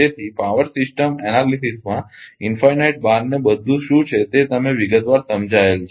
તેથી power system વિશ્લેષણમાં અનંત બાર ને બધું શું છે તે વિગતવાર સમજાવાયેલ છે